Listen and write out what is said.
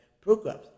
programs